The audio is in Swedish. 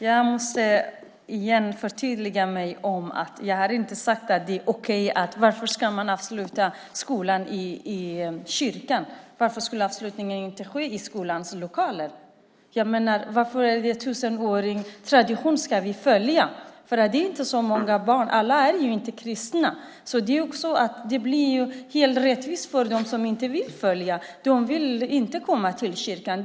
Herr talman! Jag måste förtydliga mig igen. Jag har inte sagt att det är okej att skolans avslutning ska vara i kyrkan. Varför kan avslutningen inte ske i skolans lokaler? Varför ska vi följa en tusenårig tradition? Alla är inte kristna. Det blir rättvist för dem som inte vill följa med. De vill inte gå till kyrkan.